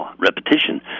repetition